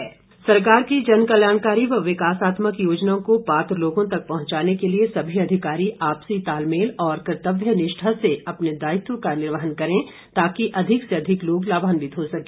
अनुराग सरकार की जनकल्याणकारी व विकासात्मक योजनाओं को पात्र लोगों तक पहुंचाने के लिए सभी अधिकारी आपसी तालमेल और कर्तव्यनिष्ठा से अपने दायित्व का निवर्हन करे तार्कि अधिक से अधिक लोग लाभान्वित हो सके